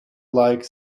like